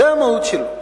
זה המהות שלו.